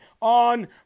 on